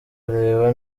areba